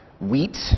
wheat